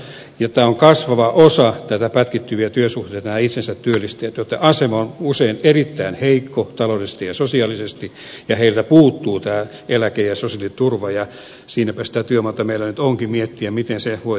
tämä on kasvava osa näitä pätkittyviä työsuhteita nämä itsensä työllistäjät joitten asema on usein erittäin heikko taloudellisesti ja sosiaalisesti ja heiltä puuttuu eläke ja sosiaaliturva ja siinäpä sitä työmaata meillä nyt onkin miettiä miten se voitaisiin rakentaa